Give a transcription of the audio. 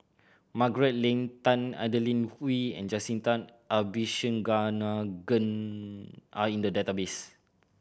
Margaret Leng Tan Adeline Ooi and Jacintha Abisheganaden are in the database